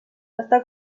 està